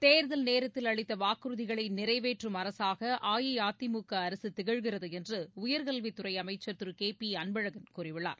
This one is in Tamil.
தேர்தல் நேரத்தில் அளித்த வாக்குறதிகளை நிறைவேற்றும் அரசாக அஇஅதிமுக அரசு திகழ்கிறது என்று உயர்கல்வித் துறை அமைச்சர் திரு கே பி அன்பழகன் கூறியுள்ளார்